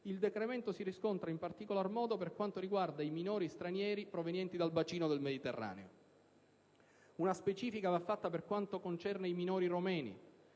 il decremento si riscontra in particolar modo per quanto riguarda i minori stranieri provenienti dal bacino del Mediterraneo. Una specifica va fatta per quanto concerne i minori romeni.